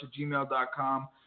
gmail.com